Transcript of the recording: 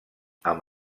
amb